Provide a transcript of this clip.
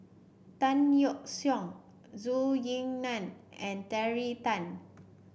Tan Yeok Seong Zhou Ying Nan and Terry Tan